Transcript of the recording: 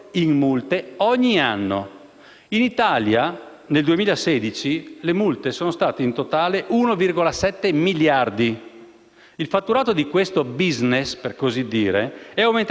Il fatturato di questo *business* - per così dire - è aumentato dell'8,3 per cento nel 2016 e gli introiti sono aumentati del 45,6 per cento